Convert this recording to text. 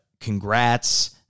congrats